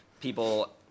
people